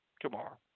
tomorrow